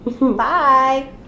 Bye